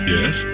Yes